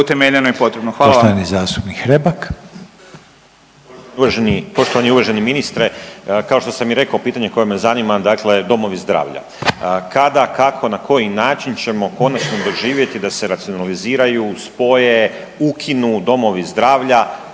Dario (HSLS)** Uvaženi, poštovani i uvaženi ministre kao što sam i rekao pitanje koje me zanima, dakle domovi zdravlja. Kada, kako, na koji način ćemo konačno doživjeti da se racionaliziraju, spoje, ukinu domovi zdravlja